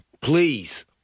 Please